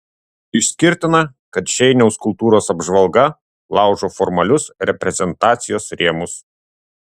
išskirtina kad šeiniaus kultūros apžvalga laužo formalius reprezentacijos rėmus